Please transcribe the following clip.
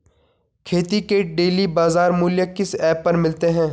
खेती के डेली बाज़ार मूल्य किस ऐप पर मिलते हैं?